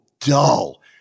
dull